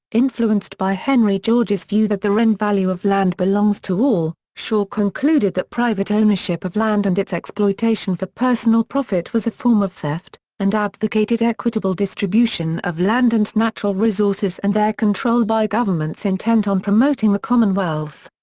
influenced by henry george's view that the rent value of land belongs to all, shaw concluded that private ownership ownership of land and its exploitation for personal profit was a form of theft, and advocated equitable distribution of land and natural resources and their control by governments intent on promoting the commonwealth.